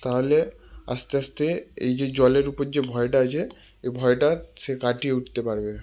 তাহলে আস্তে আস্তে এই যে জলের উপর যে ভয়টা আছে এই ভয়টা সে কাটিয়ে উঠতে পারবে